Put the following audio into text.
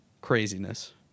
Craziness